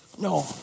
no